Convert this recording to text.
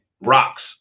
rocks